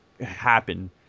happen